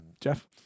Jeff